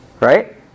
right